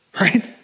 Right